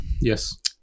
Yes